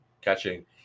catching